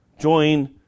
Join